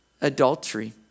adultery